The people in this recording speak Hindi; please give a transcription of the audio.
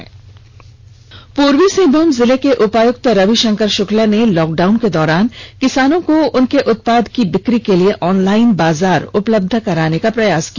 किसान पूर्वी सिंहभूम जिले के उपायुक्त रविशंकर शुक्ला ने लॉकडाउन के दौरान किसानों को उनके उत्पाद की बिकी के लिए ऑनलाइन बाजार उपलब्ध कराने का प्रयास किया